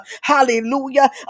Hallelujah